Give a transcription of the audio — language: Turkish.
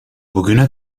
bugüne